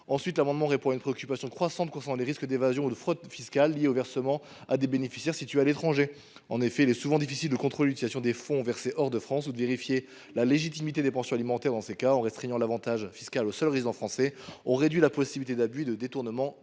de cet amendement répondent à une préoccupation croissante concernant le risque d’évasion et de fraude fiscales, lié aux versements effectués à des bénéficiaires vivant à l’étranger. En effet, il est souvent difficile de contrôler l’utilisation des fonds versés hors de France ou de vérifier la légitimité des pensions alimentaires. Dans ces cas, en restreignant l’avantage fiscal aux seuls résidents français, nous réduisons les risques d’abus et de détournement